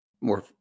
More